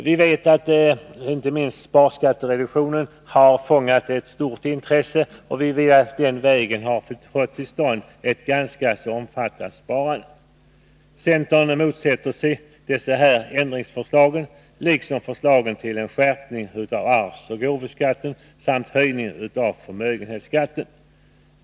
Vi vet att inte minst sparskattereduktionen har fångat ett stort intresse, och vi har den vägen fått till stånd ett ganska omfattande sparande. Centern motsätter sig dessa ändringsförslag, liksom förslagen till en skärpning av arvsoch gåvoskatten samt höjningen av förmögenhetsskatten.